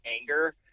anger